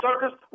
circus